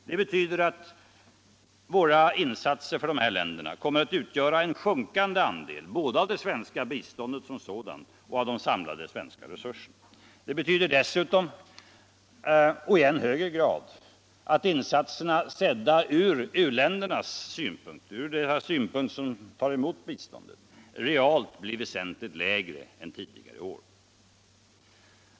Det betyder att våra insatser för dessa länder kommer att utgöra en sjunkande andel både av det svenska biståndet som sådant och av de samlade svenska resurserna. Det betyder dessutom, och i än högre grad, att insatserna sedda från u-ländernas synpunkt, från deras synpunkt som tar emot biståndet, reellt blir väsentligt lägre än tidigare år.